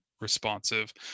responsive